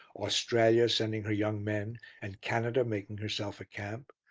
australia sending her young men and canada making herself a camp.